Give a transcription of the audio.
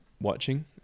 watching